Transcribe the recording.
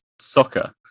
soccer